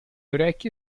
orecchie